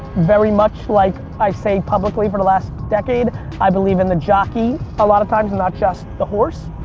very much like i say publicly for the last decade i believe in the jockey a lot of times and not just the horse.